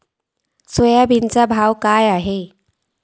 सोयाबीनचो भाव काय आसा?